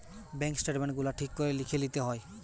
bank statement গুলা ঠিক করে লিখে লিতে হয়